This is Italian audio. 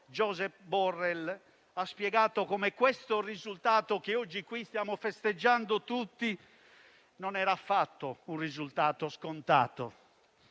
Josep Borrell, ha spiegato come questo risultato che oggi stiamo festeggiando tutti non era affatto scontato.